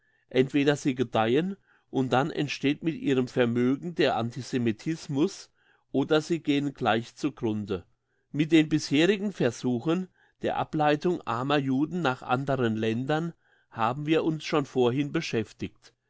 entweder sie gedeihen und dann entsteht mit ihrem vermögen der antisemitismus oder sie gehen gleich zu grunde mit den bisherigen versuchen der ableitung armer juden nach anderen ländern haben wir uns schon vorhin beschäftigt